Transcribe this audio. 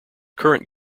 current